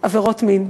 עבירות מין.